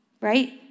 right